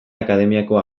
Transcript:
akademiako